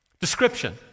Description